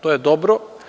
To je dobro.